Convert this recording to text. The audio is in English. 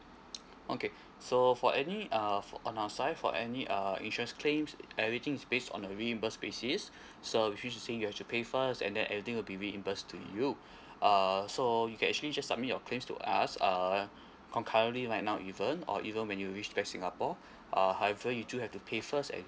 okay so for any uh on our side for any uh insurance claims everything is based on a reimburse basis so if you to say you have to pay first and then everything will be reimbursed to you uh so you can actually just submit your claim to us uh concurrently right now even or even when you reached back singapore uh however you do have to pay first and